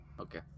Okay